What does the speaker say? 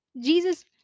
jesus